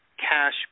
cash